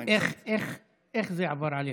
איך זה עבר עליך?